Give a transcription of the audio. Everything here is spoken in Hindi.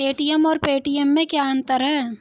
ए.टी.एम और पेटीएम में क्या अंतर है?